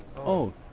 oh,